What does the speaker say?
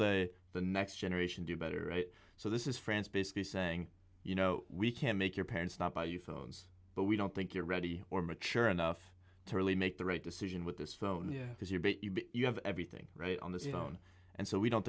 the the next generation do better so this is france basically saying you know we can make your parents not buy you phones but we don't think you're ready or mature enough really make the right decision with this phone because you're big you have everything right on the phone and so we don't